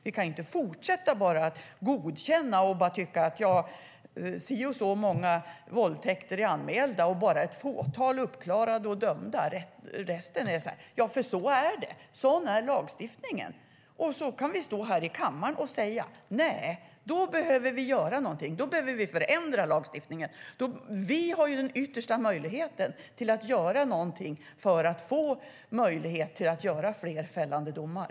Man kan inte fortsätta att bara godkänna och konstatera att det är ett fåtal våldtäkter som anmäls medan det är ännu färre som blir uppklarade, så är det bara. Lagstiftningen är sådan. Sedan kan vi i kammaren behöva göra någonting. Då måste lagstiftningen förändras. Vi har ju den yttersta möjligheten att göra någonting så att det kan bli fler fällande domar.